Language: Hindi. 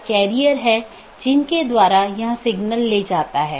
इसका मतलब है BGP कनेक्शन के लिए सभी संसाधनों को पुनःआवंटन किया जाता है